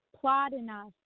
Plotinus